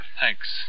Thanks